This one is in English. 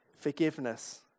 Forgiveness